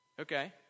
Okay